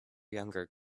younger